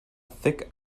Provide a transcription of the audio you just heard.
thick